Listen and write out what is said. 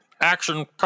action